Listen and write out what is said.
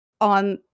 on